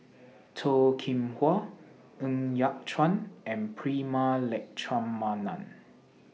Toh Kim Hwa Ng Yat Chuan and Prema Letchumanan